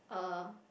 uh